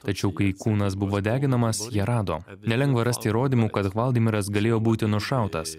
tačiau kai kūnas buvo deginamas ją rado nelengva rast įrodymų kad hvaldimiras galėjo būti nušautas